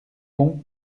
bon